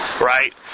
right